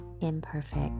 imperfect